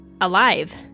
alive